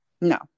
No